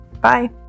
Bye